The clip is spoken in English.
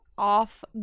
off